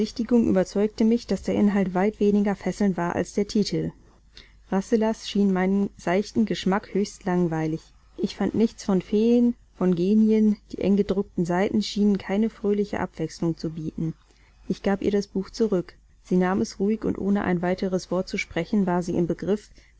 überzeugte mich daß der inhalt weit weniger fesselnd war als der titel rasselas schien meinem seichten geschmack höchst langweilig ich fand nichts von feen von genien die eng gedruckten seiten schienen keine fröhliche abwechselung zu bieten ich gab ihr das buch zurück sie nahm es ruhig und ohne ein weiteres wort zu sprechen war sie im begriff